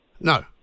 No